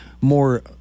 more